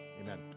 Amen